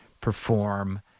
perform